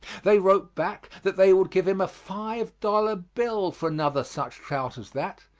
they wrote back that they would give him a five dollar bill for another such trout as that,